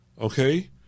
okay